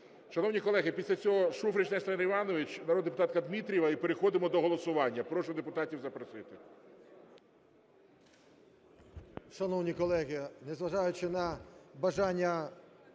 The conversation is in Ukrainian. Шановні колеги, після цього Шуфрич Нестор Іванович, народна депутатка Дмитрієва - і переходимо до голосування. Прошу депутатів запросити.